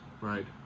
Right